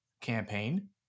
campaign